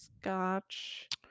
scotch